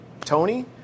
Tony